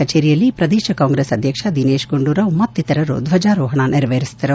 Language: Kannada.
ಕಚೇರಿಯಲ್ಲಿ ಪ್ರದೇಶ ಕಾಂಗ್ರೆಸ್ ಅಧ್ಯಕ್ಷ ದಿನೇಶ್ ಗುಂಡೂರಾವ್ ಮತ್ತಿತರರು ಧ್ವಜಾರೋಪಣ ನೆರವೇರಿಸಿದರು